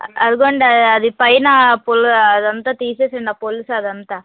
అదిగోండి అది పైన పొల్లు అదంతా తీసేయండి ఆ పొలుసు అది అంతా